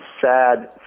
sad